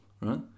right